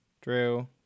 Drew